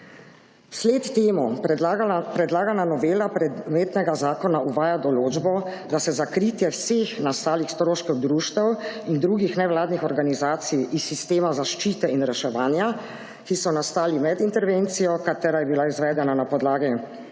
sled temu predlagana novela predmetnega zakona uvaja določbo, da se za kritje vseh nastalih stroškov društev in drugih nevladnih organizacij iz sistema zaščite in reševanja, ki so nastali med intervencijo katera je bila izvedena na podlagi